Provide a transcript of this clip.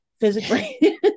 physically